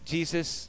Jesus